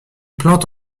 plante